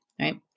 right